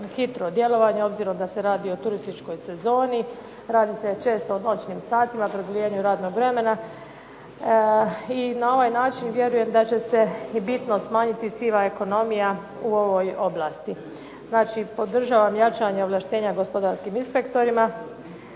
hitro djelovanje obzirom da se radi o turističkoj sezoni. Radi se često o noćnim satima, produljenju radnog vremena i na ovaj način vjerujem da će se i bitno smanjiti siva ekonomija u ovoj oblasti. Znači, podržavam jačanje ovlaštenja gospodarskim inspektorima